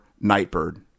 Nightbird